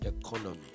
economy